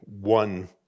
one